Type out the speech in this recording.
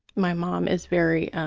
my mom is very,